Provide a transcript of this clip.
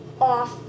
off